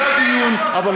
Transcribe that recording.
לפני חמש דקות,